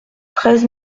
treize